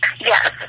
Yes